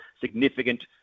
significant